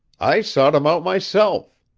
i sought em out, myself.